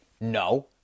No